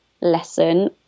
lesson